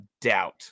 doubt